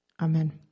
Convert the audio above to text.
Amen